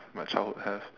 my childhood have